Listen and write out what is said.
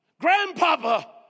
grandpapa